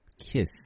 kiss